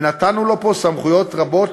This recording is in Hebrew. ונתנו לו פה סמכויות רבות,